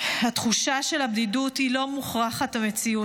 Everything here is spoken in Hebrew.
התחושה של הבדידות היא לא כורח המציאות.